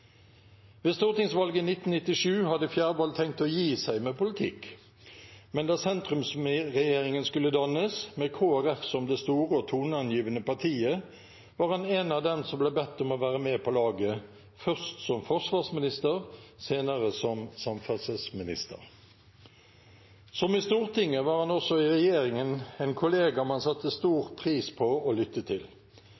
Ved stortingsvalget i 1997 hadde Dag Jostein Fjærvoll tenkt å gi seg med politikk, men da sentrumsregjeringen skulle dannes, med Kristelig Folkeparti som det store og toneangivende partiet, var han en av dem som ble bedt om å være med på laget, først som forsvarsminister, senere som samferdselsminister. Som i Stortinget var han også i regjeringen en kollega man satte stor